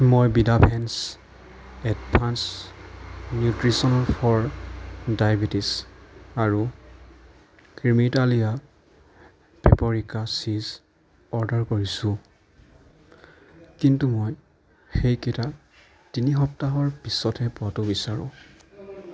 মই বিদাভেন্স advance nutrition for diabetes আৰু ক্ৰিমেইটালিয়া পেপৰিকা চীজ অৰ্ডাৰ কৰিছোঁ কিন্তু মই সেইকেইটা তিনি সপ্তাহৰ পিছতহে পোৱাটো বিচাৰোঁ